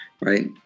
right